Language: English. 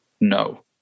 No